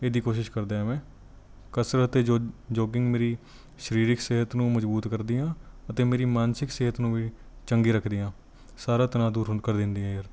ਇਹਦੀ ਕੋਸ਼ਿਸ਼ ਕਰਦਾ ਹਾਂ ਮੈਂ ਕਸਰਤ ਅਤੇ ਜੋ ਜੋਗਿੰਗ ਮੇਰੀ ਸਰੀਰਕ ਸਿਹਤ ਨੂੰ ਮਜ਼ਬੂਤ ਕਰਦੀਆਂ ਅਤੇ ਮੇਰੀ ਮਾਨਸਿਕ ਸਿਹਤ ਨੂੰ ਵੀ ਚੰਗੀ ਰੱਖਦੀਆਂ ਸਾਰਾ ਤਨਾਅ ਦੂਰ ਹੋਣ ਕਰ ਦਿੰਦੀਆਂ ਯਾਰ